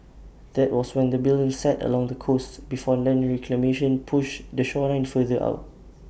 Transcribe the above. that was when the building sat along the coast before land reclamation push the shoreline further out